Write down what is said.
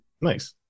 Nice